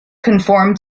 conform